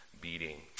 beating